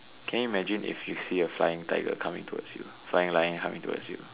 can you imagine if you see a flying tiger coming toward you flying lion coming towards you